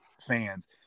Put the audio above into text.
fans